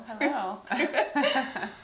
Hello